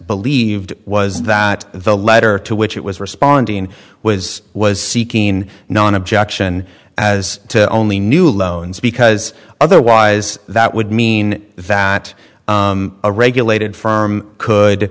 believed was that the letter to which it was responding was was seeking non objection as to only new loans because otherwise that would mean that a regulated firm